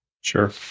Sure